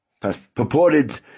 purported